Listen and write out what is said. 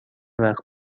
وقت